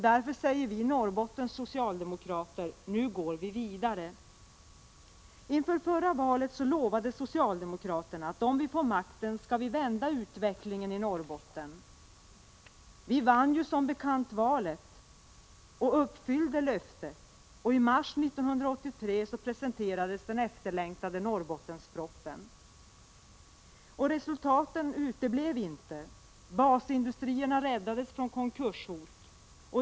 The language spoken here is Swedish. Därför säger vi Norrbottens socialdemokrater: Nu går vi vidare! Inför förra valet lovade socialdemokraterna: Om vi får makten skall vi vända utvecklingen rätt igen i Norrbotten. Vi vann som bekant valet och uppfyllde löftet, och i mars 1983 kom den efterlängtade Norrbottenspropositionen. Resultaten uteblev inte. Basindustrierna räddades från konkurshot.